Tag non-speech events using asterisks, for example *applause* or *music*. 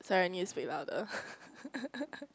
sorry I need to speak louder *laughs*